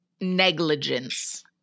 negligence